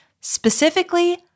specifically